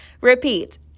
Repeat